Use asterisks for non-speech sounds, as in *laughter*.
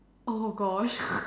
oh gosh *noise*